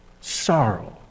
sorrow